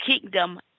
kingdom